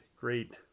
great